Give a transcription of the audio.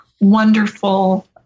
wonderful